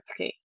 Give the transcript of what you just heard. okay